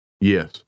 Yes